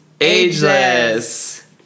Ageless